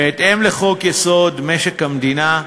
בהתאם לחוק-יסוד: משק המדינה,